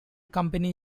company